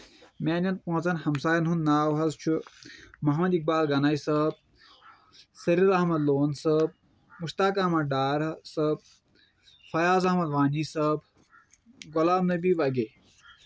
میانٮ۪ن پانٛژن ہمساٮ۪ن ہُنٛد ناو حظ چھُ محمد اقبال گنایی صٲب سیرل احمد لون صٲب مشتاق احمد ڈار صٲب فیاض احمد وانی صٲب غلام نبی وگے